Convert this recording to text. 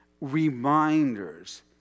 reminders